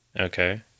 Okay